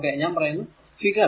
ഞാൻ പറയുന്നു ഫിഗർ 21